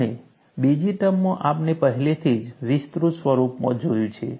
અને બીજી ટર્મમાં આપણે પહેલેથી જ વિસ્તૃત સ્વરૂપમાં જોયું છે